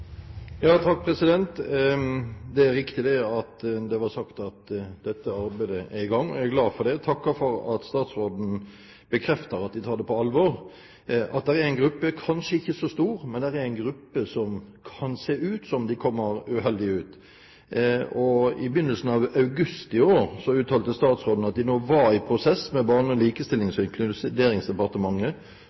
Det er riktig at det ble sagt at dette arbeidet er i gang. Jeg er glad for det og takker for at statsråden bekrefter at de tar på alvor at det er en gruppe som kanskje ikke er så stor, men som kan se ut til å komme uheldig ut. I begynnelsen av august i år uttalte statsråden at de nå var i en prosess med Barne-, likestillings- og inkluderingsdepartementet